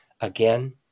again